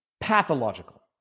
pathological